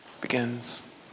begins